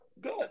good